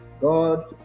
God